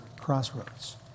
crossroads